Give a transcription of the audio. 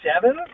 seven